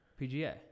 PGA